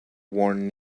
warn